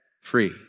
free